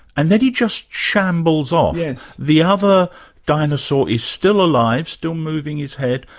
and then he just shambles off. the other dinosaur is still alive, still moving his head,